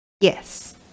Yes